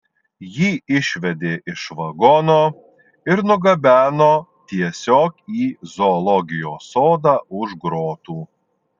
jį išvedė iš vagono ir nugabeno tiesiog į zoologijos sodą už grotų